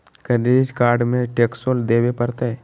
Credit card में टेक्सो देवे परते?